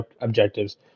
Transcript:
objectives